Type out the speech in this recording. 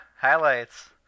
highlights